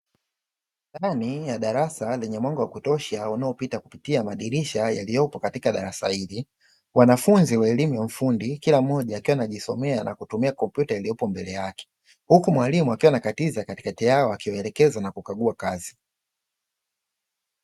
Ndani ya darasa lenye mwanga wa kutosha unaopita kupitia madirisha yaliyopo katika darasa hili. Wanafunzi wa elimu ya ufundi kila mmoja akiwa anajisomea na kutumia kompyuta iliopo mbele yake, huku mwalimu akiwa anakatiza katikati yao akiwaelekeza na kukagua kazi.